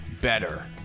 better